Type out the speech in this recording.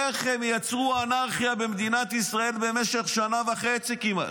איך הם יצרו אנרכיה במדינת ישראל במשך שנה וחצי כמעט,